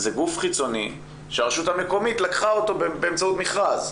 גוף חיצוני שהרשות המקומית לקחה אותו באמצעות מכרז.